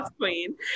Queen